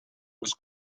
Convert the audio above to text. was